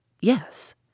Yes